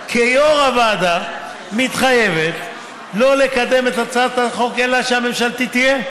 כיו"ר הוועדה מתחייבת שלא לקדם את הצעת החוק אלא כשהממשלתית תהיה?